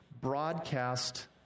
broadcast